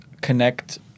connect